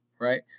Right